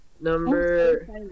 Number